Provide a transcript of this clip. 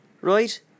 Right